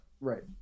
Right